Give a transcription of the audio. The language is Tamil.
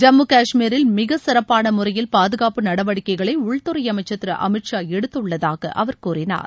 ஜம்மு காஷ்மீரில் மிக சிறப்பான முறையில் பாதுகாப்பு நடவடிக்கைகளை உள்துறை அமைச்சா் திரு அமித்ஷா எடுத்துள்ளதாக அவர் கூறினார்